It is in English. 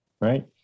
Right